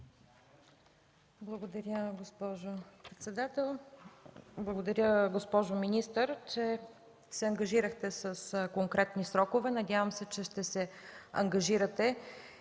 Благодаря, госпожо председател. Благодаря, госпожо министър, че се ангажирахте с конкретни срокове. Надявам се, че ще се ангажирате